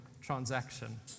transaction